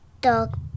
Dog